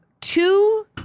two